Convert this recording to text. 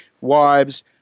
wives